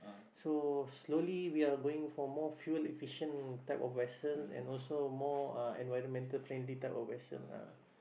so slowly we are going for more fuel efficient type of vessel and also more uh environmental friendly type of vessel ah